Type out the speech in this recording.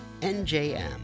NJM